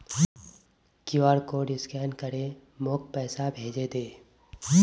QR code scan करे मोक पैसा भेजे दे